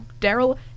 Daryl